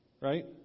right